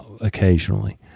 occasionally